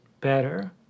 better